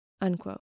unquote